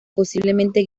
posiblemente